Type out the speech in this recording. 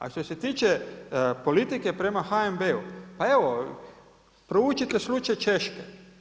A što se tiče politike prema HNB-u, pa evo proučite slučaj Češke.